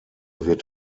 wird